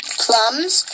plums